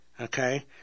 okay